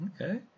okay